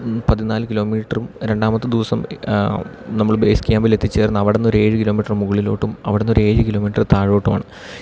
പതിനാല് കിലോമീറ്ററും രണ്ടാമത്തെ ദിവസം നമ്മള് ബേസ് ക്യാമ്പിലെത്തിച്ചേർന്ന് അവിടെ നിന്നൊരു ഏഴ് കിലോമീറ്റർ മുകളിലോട്ടും അവിടന്നൊര് ഏഴ് കിലോമീറ്റർ താഴോട്ടുമാണ്